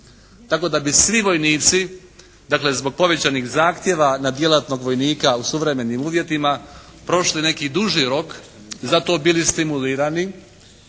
tako da bi svi vojnici dakle zbog povećanih zahtjeva na djelatnog vojnika u suvremenim uvjetima prošli neki duži rok, za to bili stimulirani.